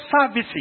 services